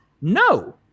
No